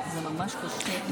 זה ממש קשה.